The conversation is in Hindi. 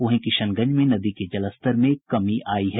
वहीं किशनगंज में नदी के जलस्तर में कमी आयी है